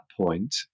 point